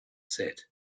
set